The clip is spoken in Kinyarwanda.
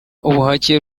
ubuhake